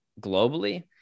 globally